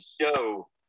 show